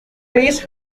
please